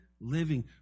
living